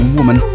Woman